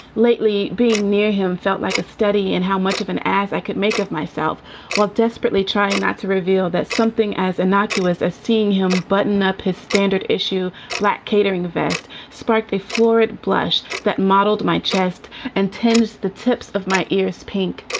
lately, being near him felt like a study in how much of an ass i could make of myself while desperately trying not to reveal that something as innocuous as seeing him button up his standard issue black catering vest, sparkly, florid blush that modeled my chest and tim's the tips of my ears pink